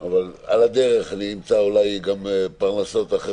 אבל אסור לך פתאום מחר לייצג אותם על משהו אחר.